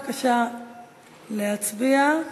בבקשה להצביע.